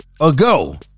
ago